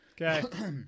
Okay